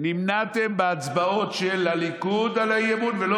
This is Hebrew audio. נמנעתם בהצבעות של הליכוד על האי-אמון ולא